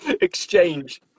exchange